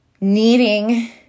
Needing